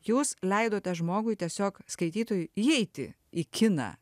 jūs leidote žmogui tiesiog skaitytojui įeiti į kiną